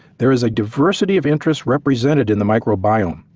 there is a diversity of interests represented in the microbiome,